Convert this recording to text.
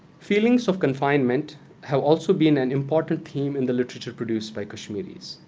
feelings of confinement have also been an important theme in the literature produced by kashmiris.